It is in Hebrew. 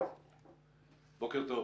בוקר טוב.